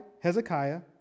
Hezekiah